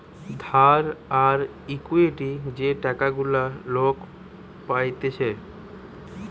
ধার আর ইকুইটি যে টাকা গুলা লোক পাইতেছে